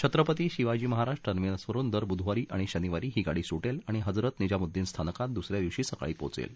छत्रपती शिवाजी महाराज टर्मिनसवरुन दर बुधवारी आणि शनिवारी ही गाडी सुटेल आणि हजरत निझामुद्दिन स्थानकात दुस या दिवशी सकाळी पोहोचेल